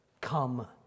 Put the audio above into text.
come